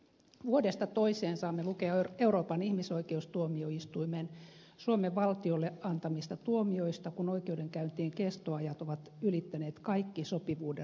vuodesta toiseen saamme lukea euroopan ihmisoikeustuomioistuimen suomen valtiolle antamista tuomioista kun oikeudenkäyntien kestoajat ovat ylittäneet kaikki sopivuuden rajat